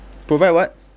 provide what